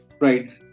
Right